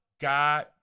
God